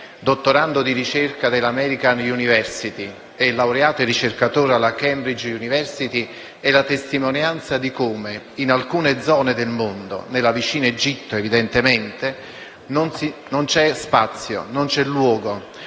dottorando di ricerca dell'American University e laureto e ricercatore alla Cambridge University è la testimonianza di come in alcune zone del mondo, nel vicino Egitto evidentemente, non c'è spazio, non c'è luogo,